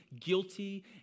guilty